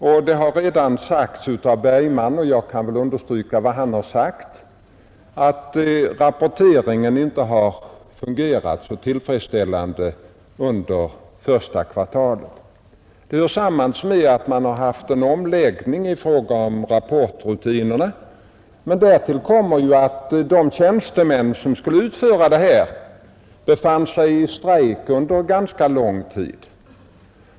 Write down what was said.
Herr Bergman har redan sagt — vilket jag kan understryka — att rapporteringen inte fungerat särskilt tillfredsställande under första kvartalet. Det hör samman med att det skett en omläggning i fråga om rapportrutinerna, men därtill kommer att de tjänstemän som skulle utföra detta arbete befann sig i strejk under en ganska lång tid.